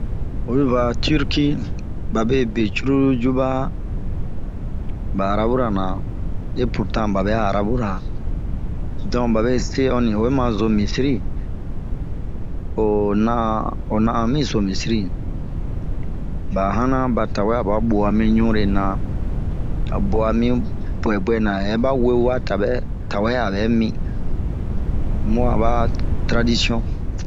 Oyi va Cirki ba be cururu yuba arabura na epurtan ba bɛ a arabura, donke ba be se ɔnni oyi ma so misiri, o na'an,o na'an miso misiri. Ba hana ba tawɛ a ba bua min ɲure na, a bua min buɛbuɛna, hɛ ba wewa tawɛ, bɛ tawɛ ami mii, bun aba taradisiɔn.